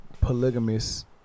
polygamous